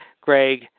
Greg